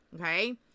okay